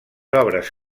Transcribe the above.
obres